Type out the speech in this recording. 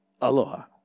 aloha